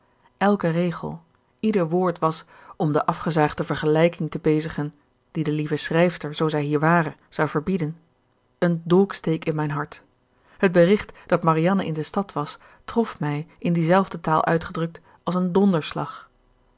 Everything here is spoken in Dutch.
elke regel ieder woord was om de afgezaagde vergelijking te bezigen die de lieve schrijfster zoo zij hier ware zou verbieden een dolksteek in mijn hart het bericht dat marianne in de stad was trof mij in die zelfde taal uitgedrukt als een donderslag